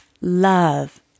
love